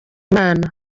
imana